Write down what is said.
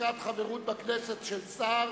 (הפסקת חברות בכנסת של שר)